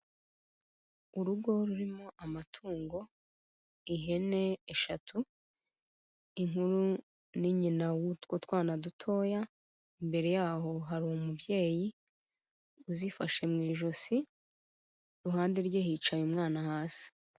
Urugo rurimo amatungo ihene eshatu, inkuru ni nyina w'utwo twana dutoya, imbere yaho hari umubyeyi uzifashe mu ijosi, iruhande rwe hicaye umwana hasi.